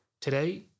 Today